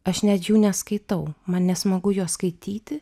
aš net jų neskaitau man nesmagu juos skaityti